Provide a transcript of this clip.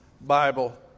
Bible